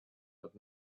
but